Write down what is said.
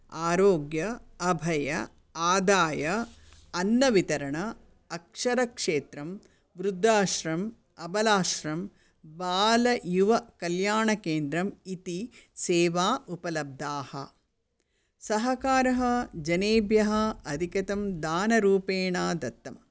आरोग्य अभय आदाय अन्नवितरण अक्षरक्षेत्रं वृद्धाश्रम् अबलाश्रं बालयुवकल्याणकेन्द्रम् इति सेवा उपलब्धाः सहकारः जनेभ्यः अधिकतं दानरूपेण दत्तम्